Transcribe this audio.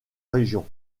région